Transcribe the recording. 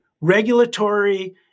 regulatory